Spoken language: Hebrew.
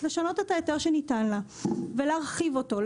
לשנות את ההיתר שניתן לה ולהרחיב אותו,